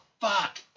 Fuck